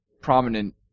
prominent